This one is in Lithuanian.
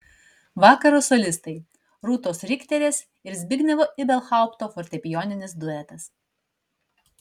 vakaro solistai rūtos rikterės ir zbignevo ibelhaupto fortepijoninis duetas